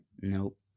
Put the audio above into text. Nope